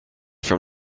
from